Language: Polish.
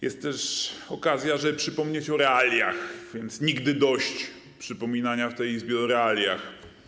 Jest też okazja, żeby przypomnieć o realiach, więc nigdy dość przypominania w tej Izbie o realiach.